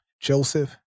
Joseph